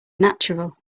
natural